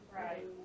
right